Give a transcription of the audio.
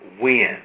win